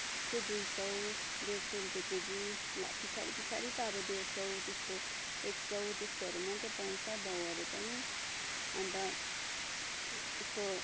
त्यस्तै दुई सौ डेढ सौ रुपियाँ केजी पछाडि पछाडि त अब डेढ सौ त्यस्तो एक सौ त्यस्तोहरू मात्रै पाउँछ भाउहरू पनि अन्त यस्तो